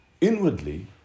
Inwardly